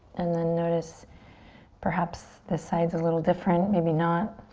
and then notice perhaps this side's a little different. maybe not.